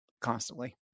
constantly